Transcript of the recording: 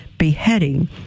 beheading